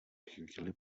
chvíli